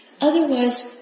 Otherwise